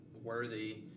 worthy